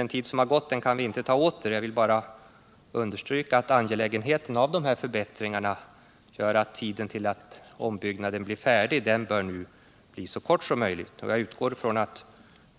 Den tid som har gått kan vi inte få tillbaka, och jag vill bara understryka att angelägenheten av förbättringarna gör att tiden fram till att ombyggnaden blir färdig bör bli så kort som möjligt. Jag utgår därför från att